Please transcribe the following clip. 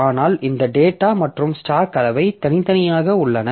ஆனால் இந்த டேட்டா மற்றும் ஸ்டாக் அவை தனித்தனியாக உள்ளன